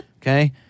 Okay